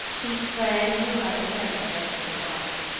he sprang into the light carriage and drove off.